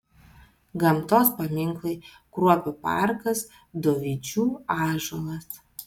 gamtos paminklai kruopių parkas dovydžių ąžuolas